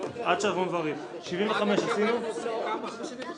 עד 13:45. 76